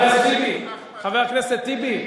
חבר הכנסת טיבי,